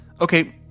Okay